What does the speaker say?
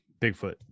Bigfoot